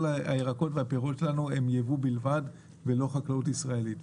הירקות והפירות שלנו יהיו יבוא בלבד ולא מחקלאות ישראלית.